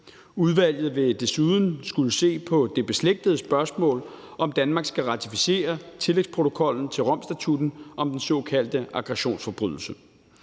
Udvalget vil desuden skulle se på det beslægtede spørgsmål, om Danmark skal ratificere tillægsprotokollen til Romstatutten om den såkaldte aggressionsforbrydelse.